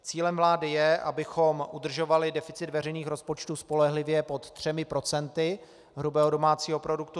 Cílem vlády je, abychom udržovali deficit veřejných rozpočtů spolehlivě pod třemi procenty hrubého domácího produktu.